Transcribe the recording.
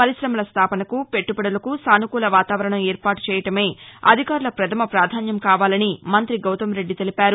పరిశమల స్లాపనకు పెట్లుబడులకు సానుకూల వాతావరణం ఏర్పాటు చేయడమే అధికారుల పథమ పాధాన్యం కావాలని మంత్రి గౌతమ్ రెడ్డి తెలిపారు